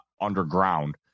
underground